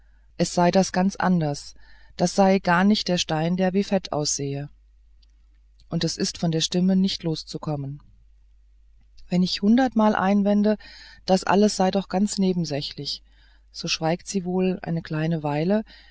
es sei das ganz anders das sei gar nicht der stein der wie fett aussehe und es ist von der stimme nicht loszukommen wenn ich hundertmal einwende alles das sei doch ganz nebensächlich so schweigt sie wohl eine kleine weile